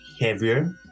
heavier